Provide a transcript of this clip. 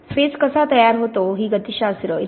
phase कसा तयार होतो ही गतीशास्त्र इ